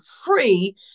free